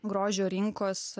grožio rinkos